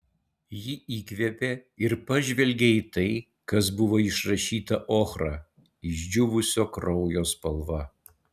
ji įkvėpė ir pažvelgė į tai kas buvo išrašyta ochra išdžiūvusio kraujo spalva